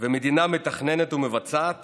ומדינה מתכננת ומבצעת